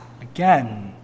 again